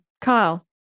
Kyle